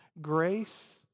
Grace